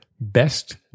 Best